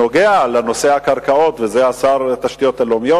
שנוגע לנושא הקרקעות וזה שר התשתיות הלאומיות.